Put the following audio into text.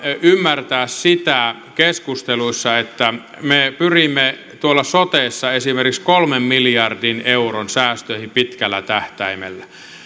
ymmärtää keskusteluissa sitä että me pyrimme tuolla sotessa esimerkiksi kolmen miljardin euron säästöihin pitkällä tähtäimellä